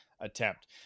attempt